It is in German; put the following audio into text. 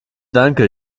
danke